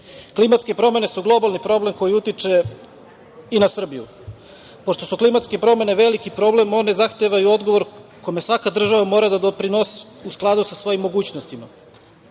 klimatske promene su globalni problem koji utiče i na Srbiju. Pošto su klimatske promene veliki problem, one zahtevaju odgovor kome svaka država mora da doprinosi u skladu sa svojim mogućnostima. Republike